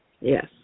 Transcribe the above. Yes